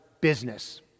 business